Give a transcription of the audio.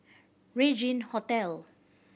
Regin Hotel